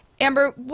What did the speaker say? Amber